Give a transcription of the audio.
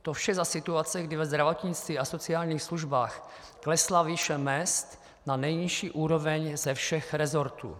To vše za situace, kdy ve zdravotnictví a sociálních službách klesla výše mezd na nejnižší úroveň ze všech resortů.